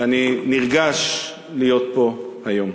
ואני נרגש להיות פה היום.